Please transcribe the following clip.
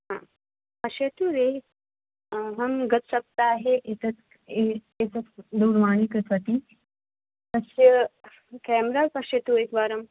हा पश्यतु रे अहं गतसप्ताहे एतत् एतत् दूरवाणी क्रीतवती तस्य केमेरा पश्यतु एकवारम्